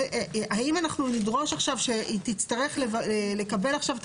האם אנחנו נדרוש עכשיו שהיא תצטרך לקבל עכשיו את